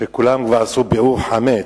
כולם כבר עשו ביעור חמץ,